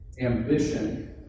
ambition